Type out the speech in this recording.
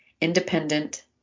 independent